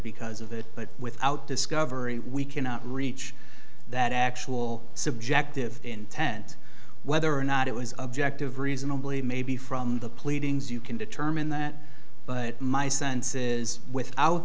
because of it but without discovery we cannot reach that actual subjective intent whether or not it was objective reasonably maybe from the pleadings you can determine that but my senses without